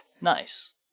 Nice